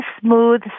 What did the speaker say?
smooth